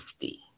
safety